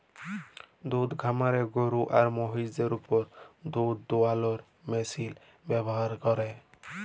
দুহুদ খামারে গরু এবং মহিষদের উপর দুহুদ দুয়ালোর মেশিল ব্যাভার ক্যরে